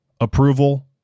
Approval